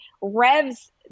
revs